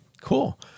Cool